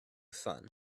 fun